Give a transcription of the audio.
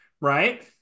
right